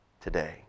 today